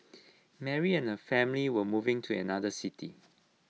Mary and her family were moving to another city